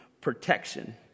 protection